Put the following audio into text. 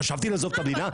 חשבתי לעזוב את המדינה?